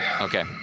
okay